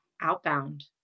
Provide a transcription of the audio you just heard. Outbound